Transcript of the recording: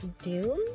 Doom